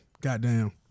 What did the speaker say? Goddamn